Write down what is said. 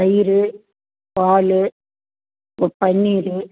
தயிர் பால் ப பன்னீர்